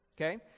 Okay